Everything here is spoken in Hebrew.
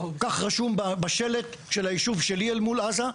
כך רשום בשלט של הישוב שלי אל מול עזה,